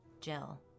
jill